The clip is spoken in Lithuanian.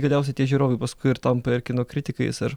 galiausiai tie žiūrovai paskui ir tampa ir kino kritikais ir